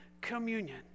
communion